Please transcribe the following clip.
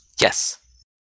Yes